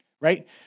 Right